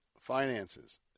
finances